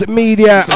media